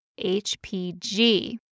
HPG